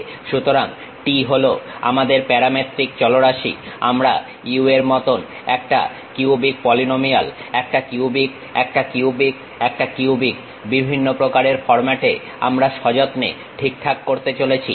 সুতরাং t হলো আমাদের প্যারামেট্রিক চলরাশি আমাদের u এর মতন একটা কিউবিক পলিনোমিয়াল একটা কিউবিক একটা কিউবিক একটা কিউবিক বিভিন্ন প্রকারের ফর্মাট এ আমরা সযত্নে ঠিকঠাক করতে চলেছি